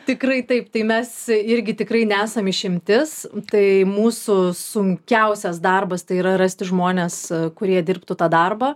tikrai taip tai mes irgi tikrai nesam išimtis tai mūsų sunkiausias darbas tai yra rasti žmones kurie dirbtų tą darbą